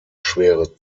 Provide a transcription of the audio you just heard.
schwere